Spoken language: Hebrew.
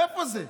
איפה זה?